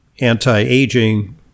anti-aging